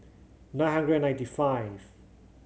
nine hundred and ninety five